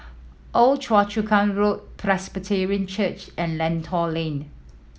Old Choa Chu Kang Road Presbyterian Church and Lentor Lane